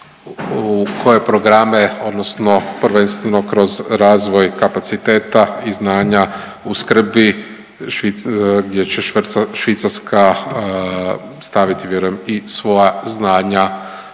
u koje programe odnosno prvenstveno kroz razvoj kapaciteta i znanja u skrbi Švic…, gdje će Švicarska staviti vjerujem i svoja znanja